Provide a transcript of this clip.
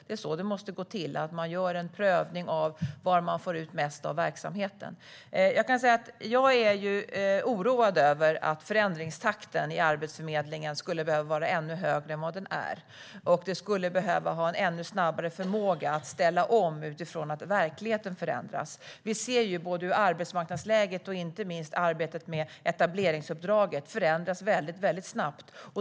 Det är så det måste gå till, att man gör en prövning av var man får ut mest av verksamheten. Jag är oroad över förändringstakten i Arbetsförmedlingen. Den skulle behöva vara ännu högre än vad den är. Arbetsförmedlingen skulle behöva ha förmågan att ännu snabbare ställa om utifrån att verkligheten förändras. Vi ser nu hur arbetsmarknadsläget och inte minst arbetet med etableringsuppdraget förändras väldigt snabbt.